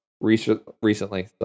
recently